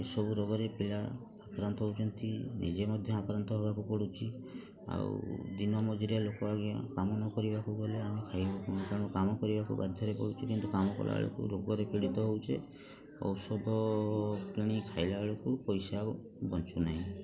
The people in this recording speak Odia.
ଏସବୁ ରୋଗରେ ପିଲା ଆକ୍ରାନ୍ତ ହଉଛନ୍ତି ନିଜେ ମଧ୍ୟ ଆକ୍ରାନ୍ତ ହବାକୁ ପଡ଼ୁଛି ଆଉ ଦିନ ମଜୁରିଆ ଲୋକ ଆଜ୍ଞା କାମ ନ କରିବାକୁ ଗଲେ ଆମେ ଖାଇବୁ କ'ଣ ତେଣୁ କାମ କରିବାକୁ ବାଧ୍ୟରେ କରୁଛୁ କିନ୍ତୁ କାମ କରିଲାବେଳକୁ ରୋଗରେ ପୀଡ଼ିତ ହଉଛେ ଔଷଧ କିଣିକି ଖାଇଲା ବେଳକୁ ପଇସା ଆଉ ବଞ୍ଚୁନାହିଁ